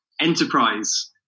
enterprise